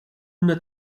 una